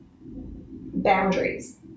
boundaries